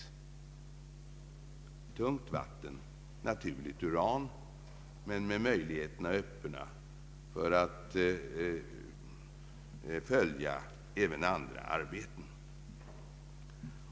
Utredningen föreslog en reaktor för tungt vatten och naturligt uran men med möjligheterna öppna att följa även andra projekt.